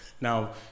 Now